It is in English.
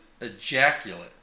ejaculate